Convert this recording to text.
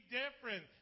different